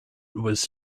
was